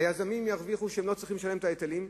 היזמים ירוויחו, הם לא צריכים לשלם את ההיטלים.